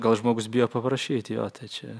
gal žmogus bijo paprašyti jo tai čia